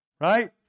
right